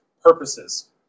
Purposes